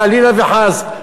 חלילה וחס,